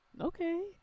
Okay